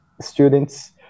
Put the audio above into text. students